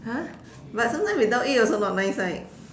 !huh! but sometimes without it also not nice right